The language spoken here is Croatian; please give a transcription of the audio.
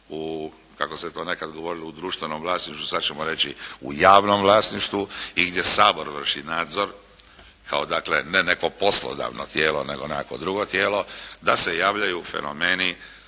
u, kako se to nekad govorilo u društvenom vlasništvu, sad ćemo reći u javnom vlasništvu. I gdje Sabor vrši nadzor kao dakle ne neko poslodavno tijelo nego nekakvo drugo tijelo da se javljaju fenomeni